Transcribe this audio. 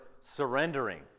surrendering